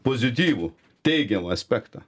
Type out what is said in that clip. pozityvų teigiamą aspektą